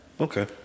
Okay